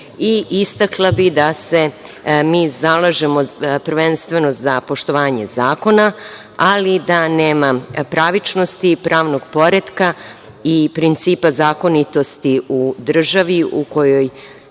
kuća. Istakla bih da se mi prvenstveno zalažemo za poštovanje zakona, ali da nema pravičnosti, pravnog poretka i principa zakonitosti u državi u kojoj